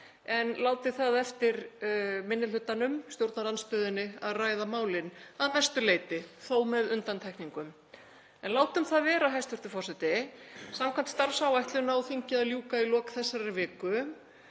en látið það eftir minni hlutanum, stjórnarandstöðunni, að ræða málin að mestu leyti, þó með undantekningum. En látum það vera, hæstv. forseti. Samkvæmt starfsáætlun á þingi að ljúka í lok þessarar viku